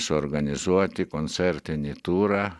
suorganizuoti koncertinį turą